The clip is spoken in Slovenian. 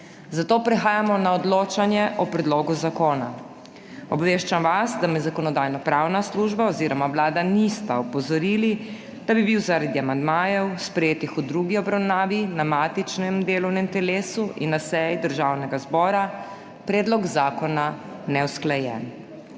Zato prehajamo na odločanje o predlogu zakona. Obveščam vas, da me Zakonodajno-pravna služba oziroma Vlada nista opozorili, da bi bil zaradi amandmajev, sprejetih v drugi obravnavi na matičnem delovnem telesu in na seji Državnega zbora predlog zakona neusklajen.